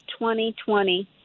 2020